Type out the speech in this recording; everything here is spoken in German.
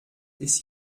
ist